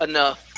Enough